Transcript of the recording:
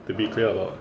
to be clear about